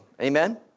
Amen